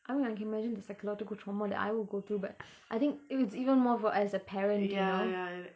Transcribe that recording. I mean I can imagine the psychogical trauma that I will go through but I think it's even more for as a parent you know